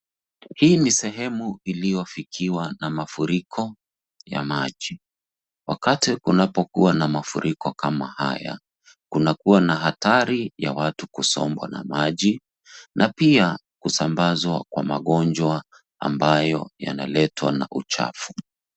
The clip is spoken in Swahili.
Hii ni sehemu iliyofikiwa na mafuriko ya maji, wakati kunapokuwa na mafuriko kama haya, kunakuwa na hatari ya watu kusombwa na maji na pia kusambazwa kwa magonjwa ambayo yanaletwa na uchafu.